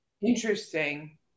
Interesting